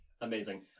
Amazing